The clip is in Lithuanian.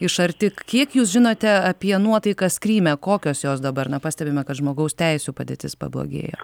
iš arti kiek jūs žinote apie nuotaikas kryme kokios jos dabar na pastebime kad žmogaus teisių padėtis pablogėjo